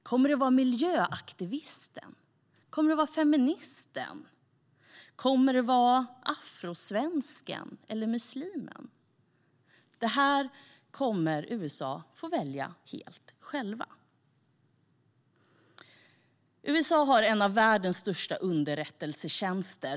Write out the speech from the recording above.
Kommer det att vara miljöaktivisten, feministen, afrosvensken eller muslimen? Det kommer USA att få välja helt självt. USA har en av världens största underrättelsetjänster.